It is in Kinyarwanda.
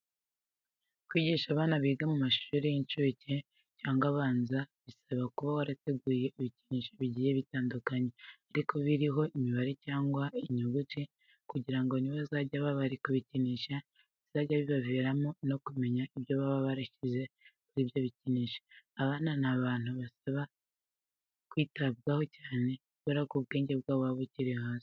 Kwigisha abana biga mu mashuri y'inshuke cyangwa abanza bisaba kuba warateguye ibikinisho bigiye bitandukanye ariko biriho imibare cyangwa inyuguti kugira ngo nibazajya baba bari kubikinisha bizajye bibaviramo no kumenya ibyo baba barashyize kuri ibyo bikinisho. Abana ni abantu basaba ko ubitaho cyane kubera ko ubwenge bwabo buba bukiri hasi.